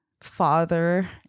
father